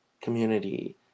community